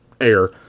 air